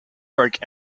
broke